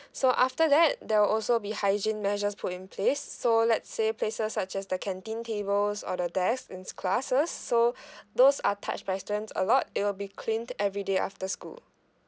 so after that there will also be hygiene measures put in place so let's say places such as the canteen tables or the desks in the classes so those are touched by students a lot it will be cleaned every day after school